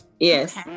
Yes